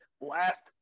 last